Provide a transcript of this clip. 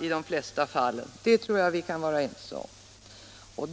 i de flesta fallen drabbas tror jag vi kan vara ense om.